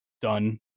done